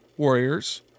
warriors